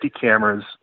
cameras